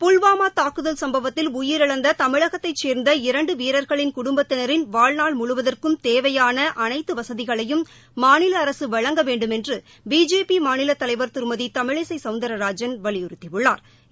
புல்வாமா தாக்குதல் சும்பவத்தில் உயிரிழந்த தமிழகத்தைச் சேர்ந்த இரண்டு வீரர்களின் குடும்பத்தினரின் வாழ்நாள் முழுவதற்கும் தேவையானஅனைத்து வசதிகளையும் மாநில அரசு வழங்க வேண்டுமென்று பிஜேபி மாநில தலைவா் திருமதி தமிழிசை சௌந்தா்ராஜன் வலியுறுத்தியுள்ளாா்